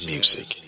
Music